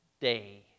day